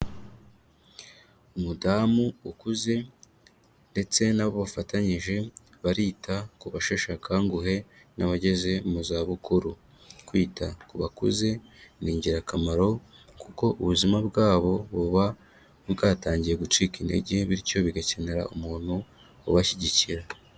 Umudamu ukuze ndetse na bo bafatanyije barita ku basheshe akanguhe n'abageze mu zabukuru, kwita ku bakuze ni ingirakamaro kuko ubuzima bwabo buba bwatangiye gucika intege bityo bigakenera umuntu ubashyigikira.